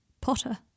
Potter